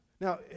Now